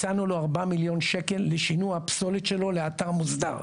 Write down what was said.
הצענו לו ארבע מיליון שקלים לשינוע הפסולת שלו לאתר מוסדר.